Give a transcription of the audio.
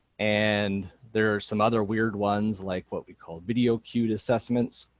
and there are some other weird ones like what we call video cued assessments